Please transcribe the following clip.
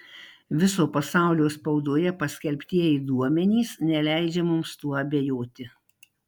viso pasaulio spaudoje paskelbtieji duomenys neleidžia mums tuo abejoti